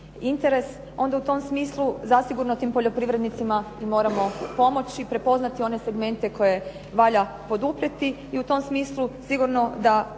interes, onda u tom smislu zasigurno tim poljoprivrednicima i moramo pomoći, prepoznati one segmente koje valja poduprijeti. I u tom smislu sigurno da